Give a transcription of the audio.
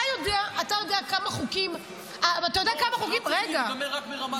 אתה יודע כמה חוקים --- זה לא צריך להיגמר רק ברמת החקיקה.